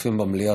והצופים במליאה,